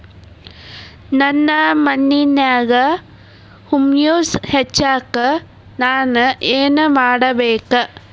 ನನ್ನ ಮಣ್ಣಿನ್ಯಾಗ್ ಹುಮ್ಯೂಸ್ ಹೆಚ್ಚಾಕ್ ನಾನ್ ಏನು ಮಾಡ್ಬೇಕ್?